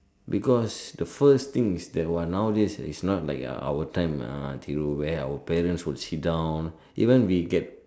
because the first thing is that !wah! nowadays is not like our time uh Thiru where our parents will sit down even we get